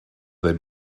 they